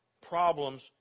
problems